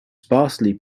sparsely